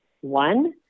one